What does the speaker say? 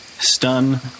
stun